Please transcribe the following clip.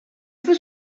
feu